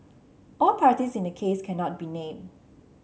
all parties in the case cannot be named